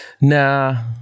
Nah